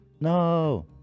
No